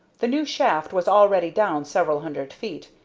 the new shaft was already down several hundred feet,